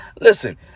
Listen